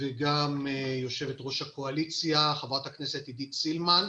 וגם יושבת ראש הקואליציה חברת הכנסת עידית סילמן.